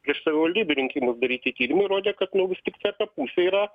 prieš savivaldybių rinkimus daryti tyrimai rodė kad nu vis tiktai apie pusė yra